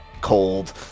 cold